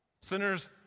Sinners